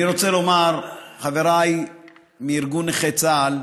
אני רוצה לומר, חבריי מארגון נכי צה"ל,